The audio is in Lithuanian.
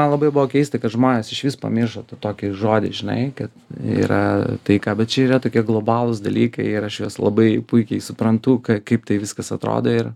man labai buvo keista kad žmonės išvis pamiršo tą tokį žodį žinai kad yra taika bet čia yra tokie globalūs dalykai ir aš juos labai puikiai suprantu kaip tai viskas atrodo ir